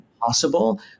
possible